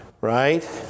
Right